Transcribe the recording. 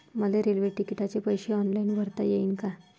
मले रेल्वे तिकिटाचे पैसे ऑनलाईन भरता येईन का?